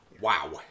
Wow